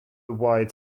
wide